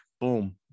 boom